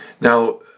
Now